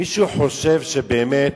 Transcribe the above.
מישהו חושב שבאמת